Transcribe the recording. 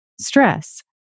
stress